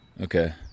okay